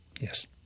Yes